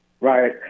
Right